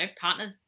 partners